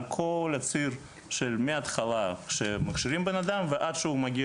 על כל הציר של מהתחלה שמכשירים בנאדם ועד שהוא מגיע